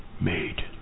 made